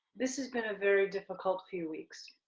this has been a very difficult few weeks.